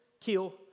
kill